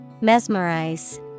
Mesmerize